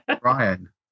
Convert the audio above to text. Ryan